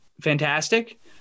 fantastic